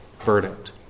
verdict